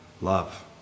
love